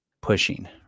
pushing